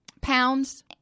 Pounds